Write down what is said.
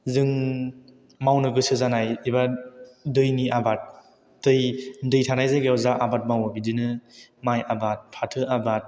जों मावनो गोसो जानाय एबा दैनि आबाद दै थानाय जायगायाव जा आबाद मावो बिदिनो माइ आबाद फाथो आबाद